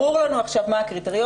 ברור לנו עכשיו מה הקריטריון,